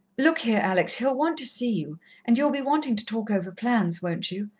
look here, alex, he'll want to see you and you'll be wanting to talk over plans, won't you?